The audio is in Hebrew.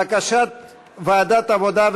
בקשת ועדת העבודה,